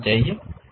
ये गलत है